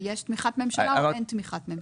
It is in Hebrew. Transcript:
יש תמיכת ממשלה או אין תמיכת ממשלה?